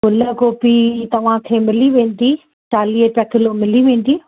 गुल गोभी तव्हांखे मिली वेंदी चालीह रुपया किलो मिली वेंदी